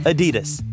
Adidas